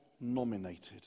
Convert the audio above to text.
nominated